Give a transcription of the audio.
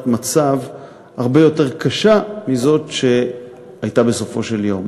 מצב הרבה יותר קשה מזאת שהייתה בסופו של יום.